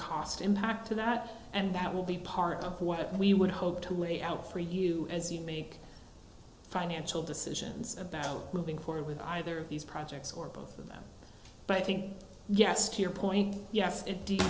cost impact to that and that will be part of what we would hope to lay out for you as you make financial decisions about moving forward with either of these projects or both of them but i think yes here point yes i